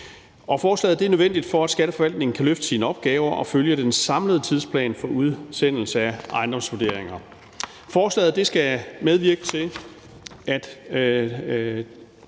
Forslaget er nødvendigt for, at Skatteforvaltningen kan løfte sine opgaver og følge den samlede tidsplan for udsendelse af ejendomsvurderinger. Forslaget skal medvirke til, at